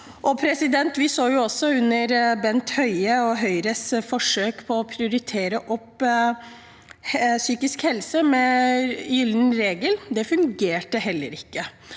pasientene. Vi så også Bent Høies og Høyres forsøk på å prioritere opp psykisk helse med en gyllen regel. Det fungerte heller ikke.